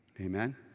Amen